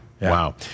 wow